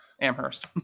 Amherst